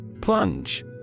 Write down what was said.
Plunge